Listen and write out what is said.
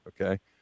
okay